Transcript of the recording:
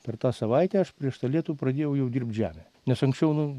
per tą savaitę aš prieš tą lietų pradėjau jau dirbt žemę nes anksčiau nu